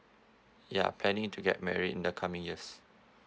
ya planning to get married in the coming years